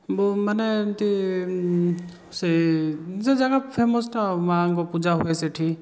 ବହୁ ମାନେ ଏମିତି ସେ ସେ ଜାଗା ଫେମସ୍ଟା ଆଉ ମାଆଙ୍କ ପୂଜା ହୁଏ ସେଇଠି